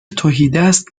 تهیدست